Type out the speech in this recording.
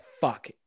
fuck